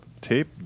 tape